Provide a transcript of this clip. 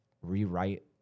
rewrite